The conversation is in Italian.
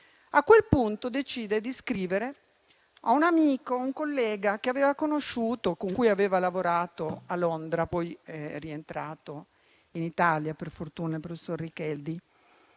A quel punto, decise di scrivere a un amico e collega che aveva conosciuto e con cui aveva lavorato a Londra (poi è rientrato in Italia, per fortuna, il professor Richeldi).